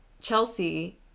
Chelsea